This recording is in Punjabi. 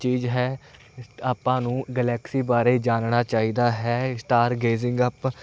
ਚੀਜ਼ ਹੈ ਆਪਾਂ ਨੂੰ ਗਲੈਕਸੀ ਬਾਰੇ ਜਾਣਨਾ ਚਾਹੀਦਾ ਹੈ ਸਟਾਰਗੇਜਿੰਗ ਅਪ